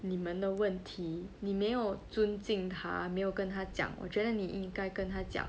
你们的问题你没有尊敬她没有跟她讲我觉得你应该跟她讲